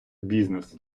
бізнес